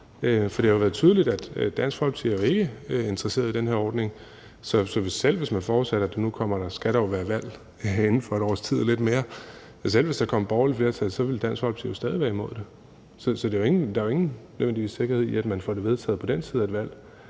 For det har jo været tydeligt, at Dansk Folkeparti ikke er interesseret i den her ordning, og nu skal der jo være valg her inden for et års tid og lidt mere, men selv hvis der kom et borgerligt flertal, ville Dansk Folkeparti jo stadig være imod det. Så der er jo nødvendigvis ingen sikkerhed i, at man får det vedtaget på den side af et valg,